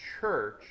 church